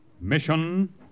Mission